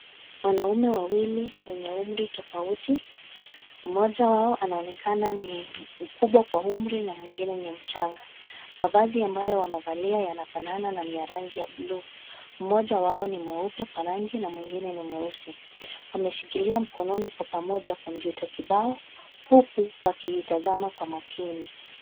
Wanaume wawili wenye umri tofauti, mmoja wao anaonekana ni mkubwa kwa umri na mwingine ni mchanga. Mavazi ambayo wamevalia yanafanana na ni ya rangi ya bluu. Mmoja wao ni mweupe kwa rangi na mwingine ni mweusi, wameshikilia mkononi kwa pamoja kompyuta kibao, huku wakiitazama kwa makini.